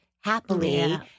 happily